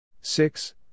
Six